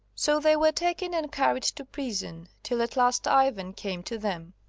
so they were taken and carried to prison, till at last ivan came to them.